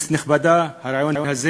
כנסת נכבדה, הרעיון הזה